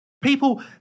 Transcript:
People